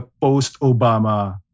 post-Obama